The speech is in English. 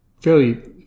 fairly